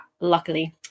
luckily